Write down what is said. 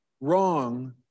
wrong